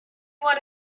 want